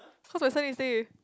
cause my surname is tay